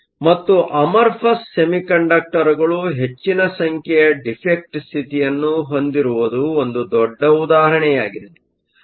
ಮತ್ತು ಅಮರ್ಫಸ್ ಸೆಮಿಕಂಡಕ್ಟರ್Amorphous semiconductorಗಳು ಹೆಚ್ಚಿನ ಸಂಖ್ಯೆಯ ಡಿಫೆಕ್ಟ್Defect ಸ್ಥಿತಿಯನ್ನು ಹೊಂದಿರುವುದು ಒಂದು ದೊಡ್ಡ ಉದಾಹರಣೆಯಾಗಿದೆ